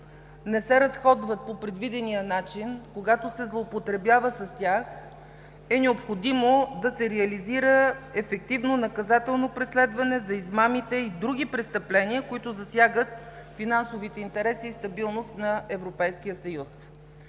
не се разходват по предвидения начин. Когато се злоупотребява с тях, е необходимо да се реализира ефективно наказателно преследване за измамите и други престъпления, които засягат финансовите интереси и стабилност на Европейския съюз.